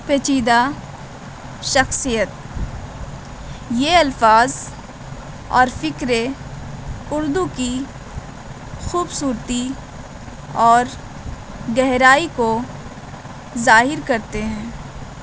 پیچیدہ شخصیت یہ الفاظ اور فقرے اردو کی خوبصورتی اور گہرائی کو ظاہر کرتے ہیں